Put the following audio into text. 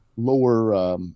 Lower